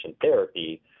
therapy